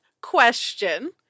question